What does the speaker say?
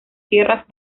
tierras